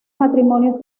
matrimonios